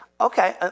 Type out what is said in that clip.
okay